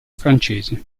francese